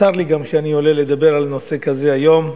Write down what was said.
צר לי גם שאני עולה לדבר על נושא כזה היום,